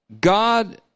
God